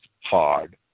hard